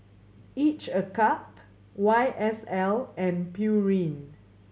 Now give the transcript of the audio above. Each a Cup Y S L and Pureen